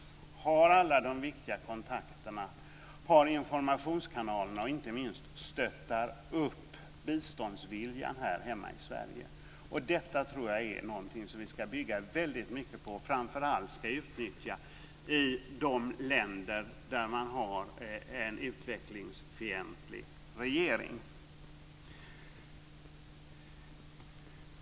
De har alla viktiga kontakter, informationskanaler och inte minst stöttar de upp biståndsviljan här hemma i Sverige. Detta tror jag är någonting som vi ska bygga väldigt mycket på och framför allt utnyttja i de länder som har en utvecklingsfientlig regering.